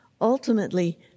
Ultimately